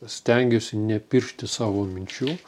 stengiuosi nepiršti savo minčių